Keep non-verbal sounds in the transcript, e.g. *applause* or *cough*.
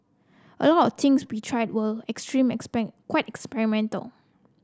a lot of things we tried were extreme *unintelligible* quite experimental